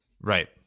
Right